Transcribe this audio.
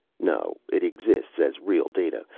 no. it exists, as real data.